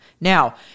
Now